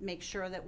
make sure that